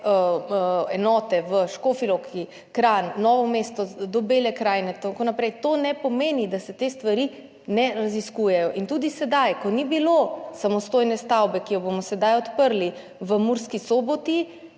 enote v Škofji Loki, Kranju, Novem mestu, vse do Bele krajine in tako naprej, to ne pomeni, da se te stvari ne raziskujejo. In tudi sedaj, ko ni bilo samostojne stavbe, ki jo bomo sedaj odprli v Murski Soboti,